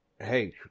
Hey